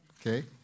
okay